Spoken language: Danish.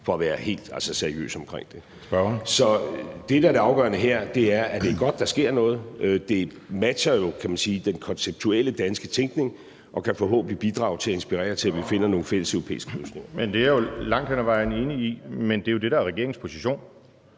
for at være helt seriøs omkring det. Så det, der er det afgørende her, er, at det er godt, der sker noget. Det matcher jo, kan man sige, den konceptuelle danske tænkning og kan forhåbentlig bidrage til at inspirere til, at vi finder nogle fælles europæiske løsninger. Kl. 13:14 Anden næstformand (Jeppe Søe): Spørgeren.